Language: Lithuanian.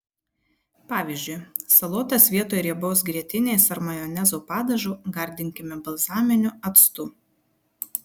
pavyzdžiui salotas vietoj riebaus grietinės ar majonezo padažo gardinkime balzaminiu actu